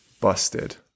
busted